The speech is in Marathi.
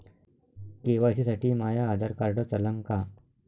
के.वाय.सी साठी माह्य आधार कार्ड चालन का?